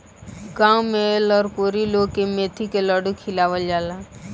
गांव में लरकोरी लोग के मेथी के लड्डू खियावल जाला